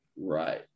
Right